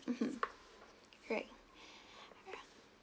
mmhmm right